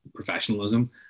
professionalism